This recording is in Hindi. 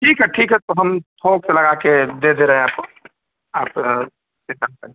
ठीक है ठीक है तो हम थोक से लगा के दे दे रहें आपको आप